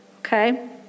Okay